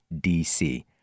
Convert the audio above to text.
DC